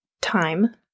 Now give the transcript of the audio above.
time